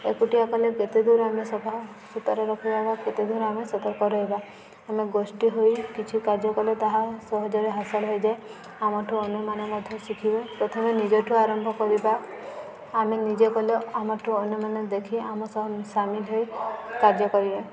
ଏକୁଟିଆ କଲେ କେତେଦୂର ଆମେ ସଫା ସୁତୁରା ରଖିବା ବା କେତେ ଦୂର ଆମେ ସତର୍କ ରହିବା ଆମେ ଗୋଷ୍ଠୀ ହୋଇ କିଛି କାର୍ଯ୍ୟ କଲେ ତାହା ସହଜରେ ହାସଲ ହୋଇଯାଏ ଆମଠୁ ଅନ୍ୟମାନେ ମଧ୍ୟ ଶିଖିବେ ପ୍ରଥମେ ନିଜଠୁ ଆରମ୍ଭ କରିବା ଆମେ ନିଜେ କଲେ ଆମଠୁ ଅନ୍ୟମାନେ ଦେଖି ଆମ ସହ ସାମିଲ ହୋଇ କାର୍ଯ୍ୟ କରିବେ